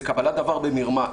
זה קבלת דבר במרמה,